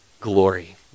glory